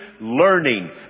Learning